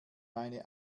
meine